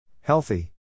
Healthy